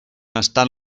estan